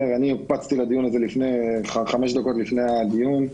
הוקפצתי לדיון הזה חמש דקות לפני הדיון,